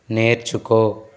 నేర్చుకో